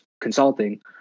consulting